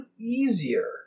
easier